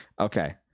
okay